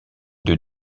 deux